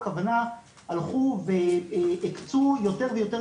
הלכו והשתפרו הכוונה הלכו והקצו יותר ויותר